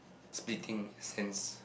spitting sense